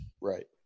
Right